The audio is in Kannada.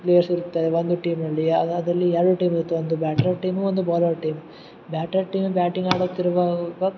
ಪ್ಲೇಯರ್ಸ್ ಇರುತ್ತಾರೆ ಒಂದು ಟೀಮಿನಲ್ಲಿ ಯಾವ್ಯಾದಲ್ಲಿ ಎರಡು ಟೀಮ್ ಇರುತ್ತೆ ಒಂದು ಬ್ಯಾಟರ್ ಟೀಮು ಒಂದು bowler team batter team batting ಆಡುತ್ತಿರುವಾಗ